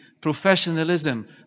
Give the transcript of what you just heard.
professionalism